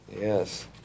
Yes